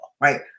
right